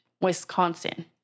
Wisconsin